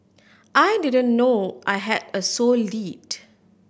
I didn't know I had a sole lead